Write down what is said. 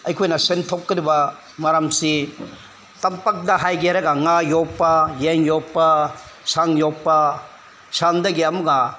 ꯑꯩꯈꯣꯏꯅ ꯁꯦꯟ ꯊꯣꯛꯀꯗꯕ ꯃꯔꯝꯁꯤ ꯇꯝꯄꯥꯛꯇ ꯍꯥꯏꯒꯦ ꯍꯥꯏꯔꯒ ꯉꯥ ꯌꯣꯛꯄ ꯌꯦꯟ ꯌꯣꯛꯄ ꯁꯟ ꯌꯣꯛꯄ ꯁꯟꯗꯒꯤ ꯑꯃꯨꯛꯀ